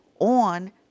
on